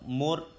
more